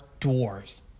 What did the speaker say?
dwarves